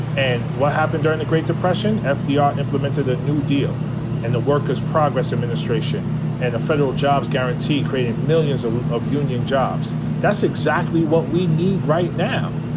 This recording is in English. and what happened during the great depression, ah fdr implemented the new deal and the workers progress administration and the federal jobs guarantee creating millions of of union jobs. that's exactly what we need right now.